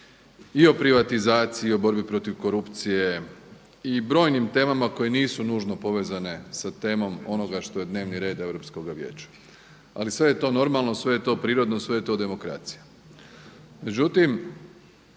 i o privatizaciji, i o borbi protiv korupcije i o brojnim temama koje nisu nužno povezane sa temom onoga što je dnevni red Europskoga vijeća. Ali sve je to normalno, sve je to prirodno, sve je to demokracija.